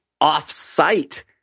off-site